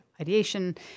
ideation